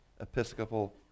Episcopal